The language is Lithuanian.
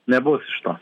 nebus iš to